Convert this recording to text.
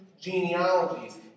genealogies